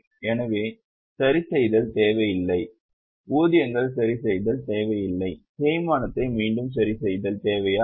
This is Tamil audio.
எனவே சரிசெய்தல் தேவை இல்லை ஊதியங்கள் சரிசெய்தல் தேவை இல்லை தேய்மானத்தை மீண்டும் சரிசெய்தல் தேவையா